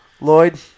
Lloyd